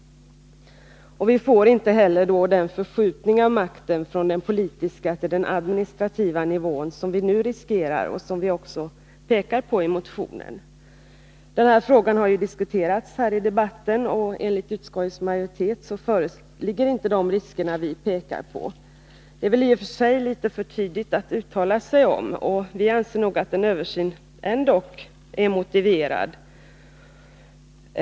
Vi får heller inte den förskjutning av makten från den politiska till den administrativa nivån som vi nu riskerar — något som vi också pekar på i motionen. Den här frågan har diskuterats i debatten, och enligt utskottets majoritet föreligger inte de risker vi pekar på. Det är i och för sig litet för tidigt att uttala sig om det, men vi anser ändå att en översyn är motiverad.